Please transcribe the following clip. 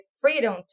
freedom